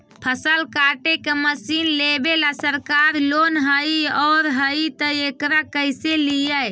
फसल काटे के मशीन लेबेला सरकारी लोन हई और हई त एकरा कैसे लियै?